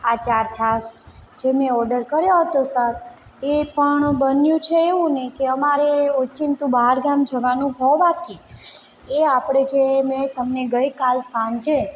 આચાર છાસ જે મેં ઓર્ડર કર્યો હતો સર એ પણ બન્યું છે એવું ને કે અમારે ઓચિંતું બહાર ગામ જવાનું હોવાથી એ આપણે જે મેં તમને ગઈ કાલ સાંજે